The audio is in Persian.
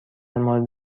مورد